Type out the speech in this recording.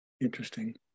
interesting